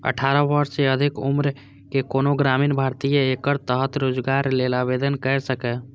अठारह वर्ष सँ अधिक उम्रक कोनो ग्रामीण भारतीय एकर तहत रोजगार लेल आवेदन कैर सकैए